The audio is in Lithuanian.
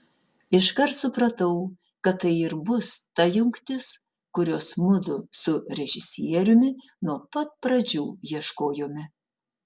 iškart supratau kad tai ir bus ta jungtis kurios mudu su režisieriumi nuo pat pradžių ieškojome